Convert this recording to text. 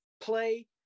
play